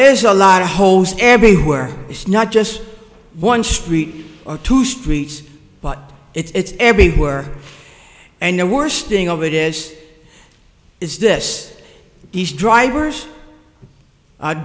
is a lot of host everywhere it's not just one street or two streets but it's everywhere and the worst thing of it is is this each driver's